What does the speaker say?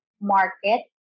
market